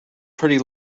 pretty